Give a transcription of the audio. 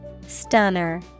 Stunner